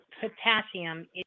potassium